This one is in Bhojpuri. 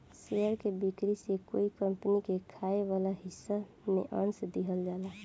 शेयर के बिक्री से कोई कंपनी के खपाए वाला हिस्सा में अंस दिहल जाला